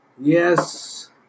Yes